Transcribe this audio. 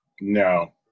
No